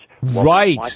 Right